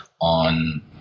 on